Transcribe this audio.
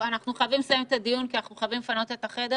אנחנו חייבים לסיים את הדיון כי אנחנו חייבים לפנות את החדר